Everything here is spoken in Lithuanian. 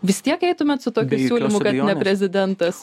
vis tiek eitumėt su tokiu siūlymu kad ne prezidentas